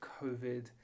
COVID